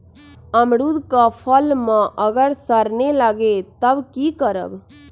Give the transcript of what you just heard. अमरुद क फल म अगर सरने लगे तब की करब?